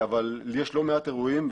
אבל יש לא מעט אירועים.